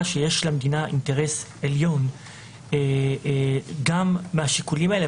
שיש למדינה אינטרס עליון גם מהשיקולים האלה,